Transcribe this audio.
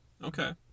Okay